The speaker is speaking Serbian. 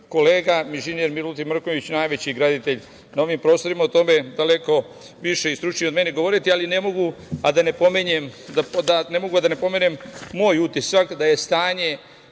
kolega inženjer, Milutin Mrkonjić, najveći graditelj na ovim prostorima o tome daleko više i stručnije od mene govoriti, ali ne mogu, a da ne pomenem moj utisak da je stanje